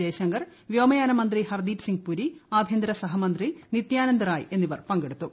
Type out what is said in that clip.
ജയ്ശങ്കർ വ്യോമയാന മന്ത്രി ഹർദീപ് സിംഗ് പുരി ആഭ്യന്തര സഹമന്ത്രി നിത്യാനന്ദ് റായ് എന്നിവർ പക്കെടുത്തു